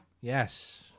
Yes